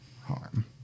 harm